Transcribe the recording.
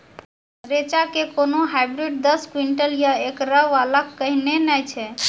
रेचा के कोनो हाइब्रिड दस क्विंटल या एकरऽ वाला कहिने नैय छै?